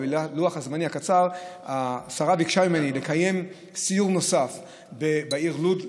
בגלל לוח הזמנים הקצר השרה ביקשה ממני לקיים סיור נוסף בעיר לוד,